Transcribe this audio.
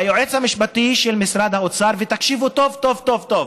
היועץ המשפטי של משרד האוצר, ותקשיבו טוב טוב טוב,